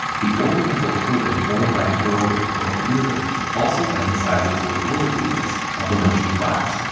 the oriental turban worn by the girl with the pearl earring also emphasizes the worldliness of the merchant class,